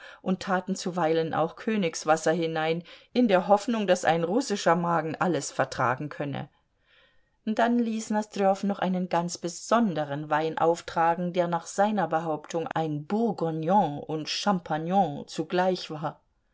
und taten zuweilen auch königswasser hinein in der hoffnung daß ein russischer magen alles vertragen könne dann ließ nosdrjow noch einen ganz besonderen wein auftragen der nach seiner behauptung ein bourgognon und champagnon zugleich war